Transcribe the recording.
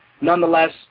Nonetheless